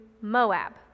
Moab